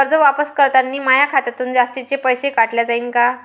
कर्ज वापस करतांनी माया खात्यातून जास्तीचे पैसे काटल्या जाईन का?